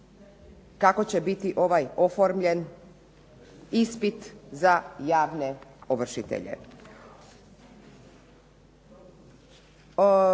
kako će bito oformljen ispit za javne ovršitelje.